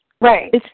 Right